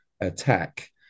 attack